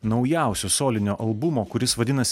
naujausio solinio albumo kuris vadinasi